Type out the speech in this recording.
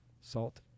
salt